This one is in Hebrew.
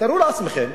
תארו לעצמכם,